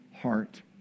heart